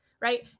right